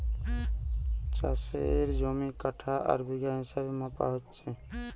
চাষের জমি কাঠা আর বিঘা হিসেবে মাপা হতিছে